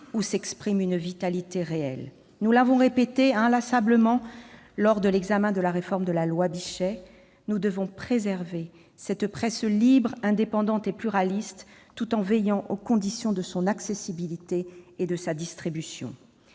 où s'exprime une vitalité réelle. Nous l'avons répété inlassablement lors de l'examen de la réforme de la loi Bichet : nous devons préserver cette presse libre, indépendante et pluraliste, tout en veillant aux conditions de son accessibilité et de sa distribution.